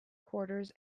quarters